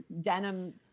denim